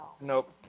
Nope